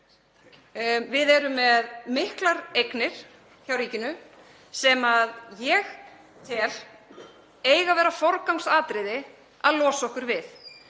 Við erum með miklar eignir hjá ríkinu sem ég tel eiga að vera forgangsatriði að losa okkur við.